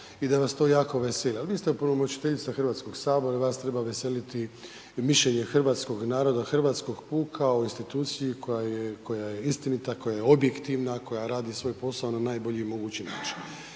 i da vas to jako veseli. Ali vi ste opunomoćiteljica HS-a i vas treba veseliti mišljenje hrvatskog naroda, hrvatskog puka o instituciji koja je istinita, koja je objektivna, koja radi svoj posao na najbolji mogući način.